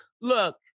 Look